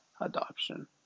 adoption